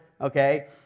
okay